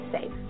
safe